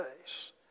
face